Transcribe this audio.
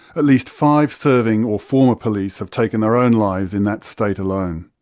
at least five serving or former police have taken their own lives in that state alone.